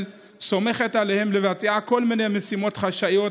סומכת עליהם לבצע כל מיני משימות חשאיות,